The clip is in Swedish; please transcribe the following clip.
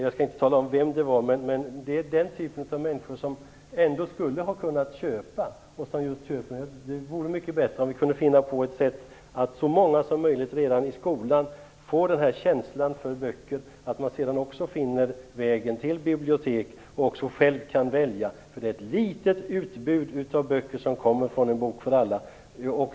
Jag skall inte tala om vem det var, men det var en person av den typ som ändå skulle ha kunnat köpa böcker. Det vore bättre att finna på ett sätt att låta så många som möjligt redan i skolan få en sådan känsla för böcker att de sedan också finner vägen till bibliotek och även själva kan välja böcker. Det är ett litet utbud av böcker som kommer från En Bok För Alla.